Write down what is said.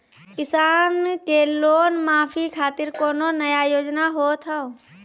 किसान के लोन माफी खातिर कोनो नया योजना होत हाव?